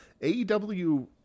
AEW